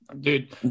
dude